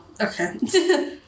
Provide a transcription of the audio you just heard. Okay